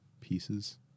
pieces